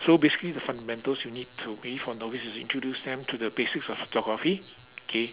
so basically the fundamentals you need to for novice is introduce them to the basics of photography okay